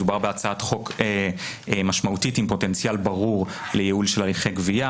מדובר בהצעת חוק משמעותית עם פוטנציאל ברור לייעול של הליכי גבייה,